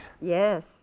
Yes